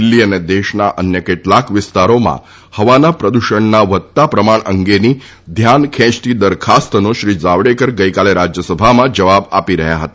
દિલ્હી અને દેશના અન્ય કેટલાક વિસ્તારોમાં હવાના પ્રદૂષણના વધતા પ્રમાણ અંગેની ધ્યાન ખેંચતી દરખાસ્તનો શ્રી જાવડેકર ગઈકાલે રાજ્યસભામાં જવાબ આપી રહ્યા હતા